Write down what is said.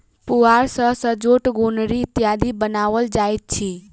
पुआर सॅ सजौट, गोनरि इत्यादि बनाओल जाइत अछि